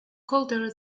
colder